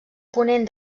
ponent